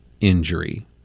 injury